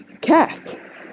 cat